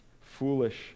foolish